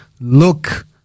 look